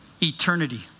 Eternity